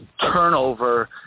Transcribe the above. turnover